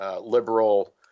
liberal